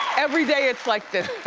everyday it's like this.